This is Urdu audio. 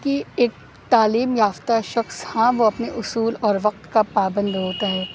کہ ایک تعلیم یافتہ شخص ہاں وہ اپنے اصول اور وقت کا پابند ہوتا ہے